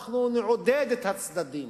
אנחנו נעודד את הצדדים.